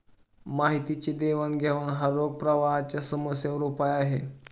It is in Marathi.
माहितीची देवाणघेवाण हा रोख प्रवाहाच्या समस्यांवर उपाय आहे